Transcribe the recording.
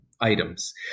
items